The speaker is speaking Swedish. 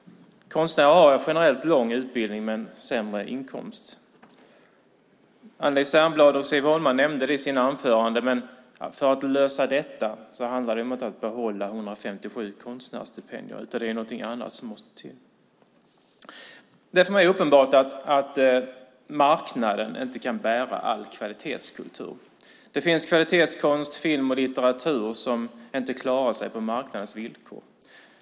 Konstnärer har generellt lång utbildning men sämre inkomst. Anneli Särnblad och Siv Holma nämnde det i sina anföranden. Men för att lösa detta handlar det inte om att behålla 157 inkomstgarantier för konstnärer, utan det är någonting annat som måste till. Det är för mig uppenbart att marknaden inte kan bära all kvalitetskultur. Det finns kvalitetskonst, kvalitetsfilm och kvalitetslitteratur som inte klarar sig på marknadens villkor.